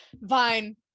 vine